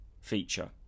feature